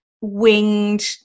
winged